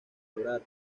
llorar